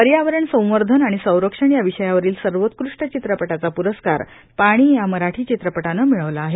पर्यावरण सव्वर्धन आणि सव्वक्षण या विषयावरील सर्वोत्कृष्ट चित्रपटाचा प्रस्कार पाणी या मराठी चित्रपटान मिळवला आहे